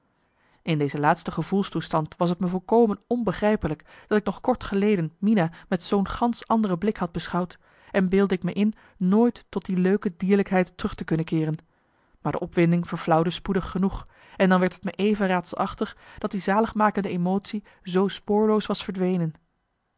in deze laatste gevoelstoestand was t me volkomen onbegrijpelijk dat ik nog kort geleden mina met zoo'n gansch andere blik had beschouwd en beeldde ik me in nooit tot die leuke dierlijkheid terug te kunnen keeren maar de opwinding verflauwde spoedig genoeg en dan werd het me even raadselachtig dat die zaligmakende emotie zoo spoorloos was verdwenen